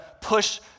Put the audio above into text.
push